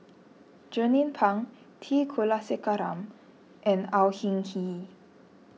Jernnine Pang T Kulasekaram and Au Hing Yee